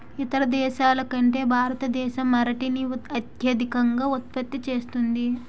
ఇతర దేశాల కంటే భారతదేశం అరటిని అత్యధికంగా ఉత్పత్తి చేస్తుంది